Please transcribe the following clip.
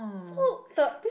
so the